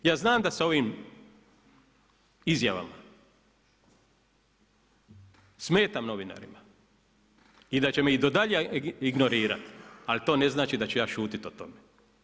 Ja znam da sa ovim izjavama smetam novinarima i da će me i do dalje ignorirati, ali to ne znači da ću ja šutiti o tome.